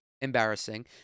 embarrassing